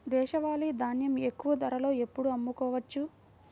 దేశవాలి ధాన్యం ఎక్కువ ధరలో ఎప్పుడు అమ్ముకోవచ్చు?